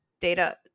data